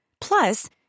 Plus